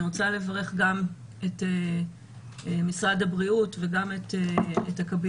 אני רוצה לברך גם את משרד הבריאות וגם את הקבינט.